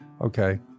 Okay